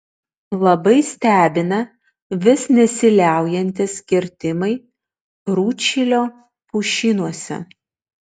labai stebina vis nesiliaujantys kirtimai rūdšilio pušynuose